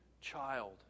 child